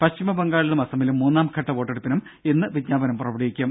പശ്ചിമബംഗാളിലും അസമിലും മൂന്നാം ഘട്ട വോട്ടെടുപ്പിനും ഇന്ന് വിജ്ഞാപനം പുറപ്പെടുവിക്കും